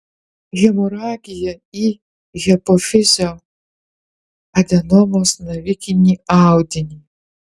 hemoragija į hipofizio adenomos navikinį audinį